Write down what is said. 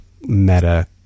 meta